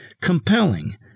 compelling